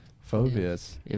Phobias